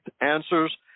answers